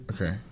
Okay